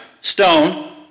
stone